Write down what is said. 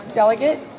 delegate